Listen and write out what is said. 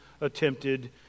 attempted